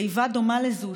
תיבה דומה לזו,